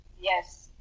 Yes